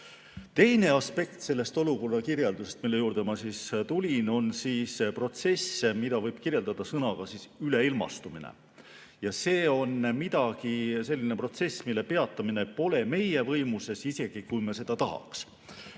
Teine aspekt selles olukorra kirjelduses, mille juurde ma tulin, on protsess, mida võib kirjeldada sõnaga "üleilmastumine." See on selline protsess, mille peatamine pole meie võimuses isegi siis, kui me seda tahaks.